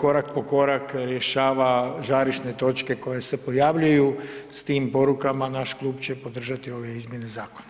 korak po korak rješava žarišne točke koje se pojavljuju, s tim porukama naš klub će podržati ove izmjene zakona.